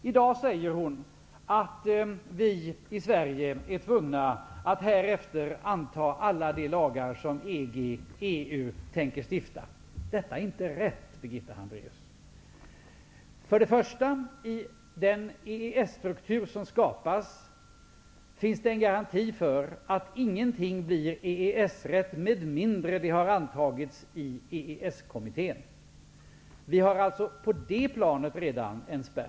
I dag säger hon att vi i Sverige härefter är tvungna att anta alla de lagar som EG/EU tänker stifta. Detta är inte rätt, Birgitta Hambraeus! För det första finns i den EES-struktur som skapas en garanti för att ingenting blir EES-rätt med mindre det har antagits av EES-kommittén. Vi har alltså redan på det planet en spärr.